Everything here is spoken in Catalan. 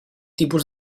tipus